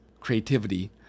creativity